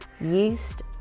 Yeast